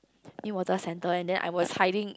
new water centre and then I was hiding